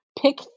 pick